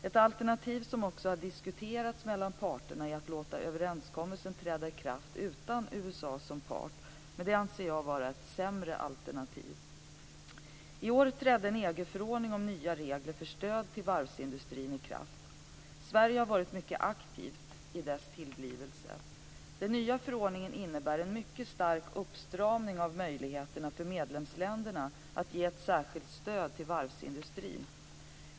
Ett alternativ som också har diskuterats mellan parterna är att låta överenskommelsen träda i kraft utan USA som part, men det anser jag vara ett sämre alternativ. I år trädde en EG-förordning om nya regler för stöd till varvsindustrin i kraft. Sverige har varit mycket aktivt i dess tillblivelse. Den nya förordningen innebär en mycket stark uppstramning av möjligheterna för medlemsländerna att ge ett särskilt stöd till varvsindustrin.